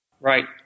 Right